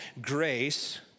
grace